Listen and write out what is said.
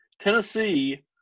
Tennessee